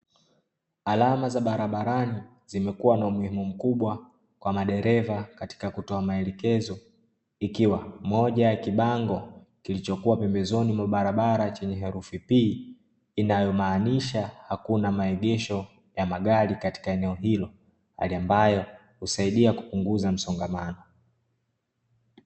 Alama za barabarani zimekuwa na umuhimu mkubwa kwa madereva katika kutoa maelekezo, ikiwa moja ya kibango kilichokuwa pembezoni mwa barabara chenye herufi P, inayomaanisha hakuna maegesho ya magari katika eneo hilo hali ambayo husaidia kupunguza msongamano.